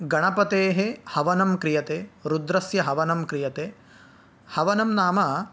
गणपतेः हवनं क्रियते रुद्रस्य हवनं क्रियते हवनं नाम